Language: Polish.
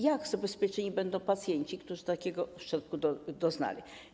Jak zabezpieczeni będą pacjenci, którzy takiego uszczerbku doznali?